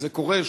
זה קורה,